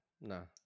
No